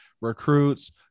recruits